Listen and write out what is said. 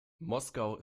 moskau